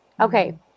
Okay